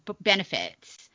benefits